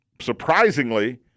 surprisingly